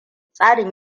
tsarin